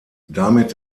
damit